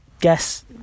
guess